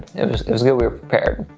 it was it was good we were prepared.